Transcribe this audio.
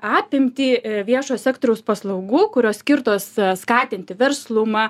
apimtį viešo sektoriaus paslaugų kurios skirtos skatinti verslumą